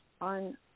on